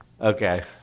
Okay